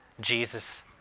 Jesus